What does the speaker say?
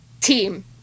team